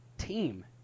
Team